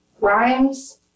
Rhymes